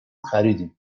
خریدیم